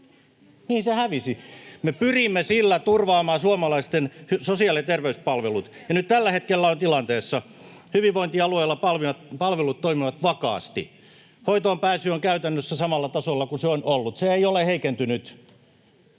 mihin se hävisi? Me pyrimme sillä turvaamaan suomalaisten sosiaali- ja terveyspalvelut. Nyt tällä hetkellä ollaan tilanteessa, jossa hyvinvointialueilla palvelut toimivat vakaasti. Hoitoonpääsy on käytännössä samalla tasolla kuin se on ollut, se ei ole heikentynyt.